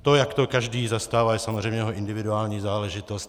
To, jak to každý zastává, je samozřejmě jeho individuální záležitost.